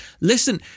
Listen